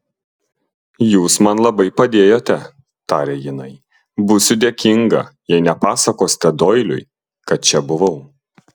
jūs man labai padėjote tarė jinai būsiu dėkinga jei nepasakosite doiliui kad čia buvau